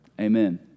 Amen